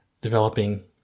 developing